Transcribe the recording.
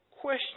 question